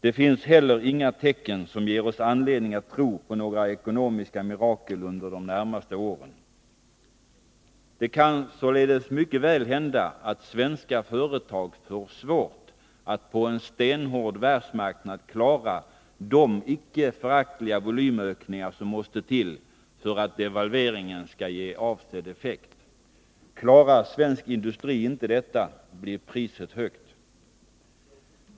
Det finns heller inga tecken som ger oss anledning att tro på några ekonomiska mirakel under de närmaste åren. Det kan således mycket väl hända att det blir svårt för svenska företag att på en stenhård världsmarknad klara de icke föraktliga volymökningar som måste till för att devalveringen skall ge avsedd effekt. Klarar svensk industri inte detta, blir priset högt.